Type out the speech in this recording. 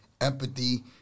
empathy